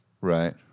Right